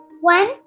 One